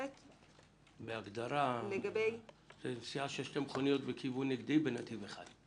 זו נסיעה של שתי מכוניות בכיוון נגדי בנתיב אחד.